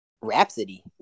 Rhapsody